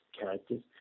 characters